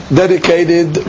dedicated